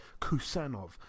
Kusanov